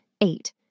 eight